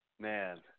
Man